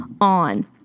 on